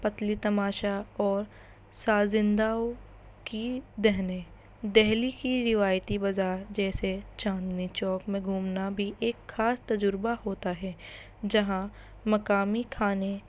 پتلی تماشہ اور سازندہ کی دہلی دہلی کی روایتی بازار جیسے چاندنی چوک میں گھومنا بھی ایک خاص تجربہ ہوتا ہے جہاں مقامی کھانے